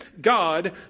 God